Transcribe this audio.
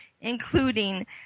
including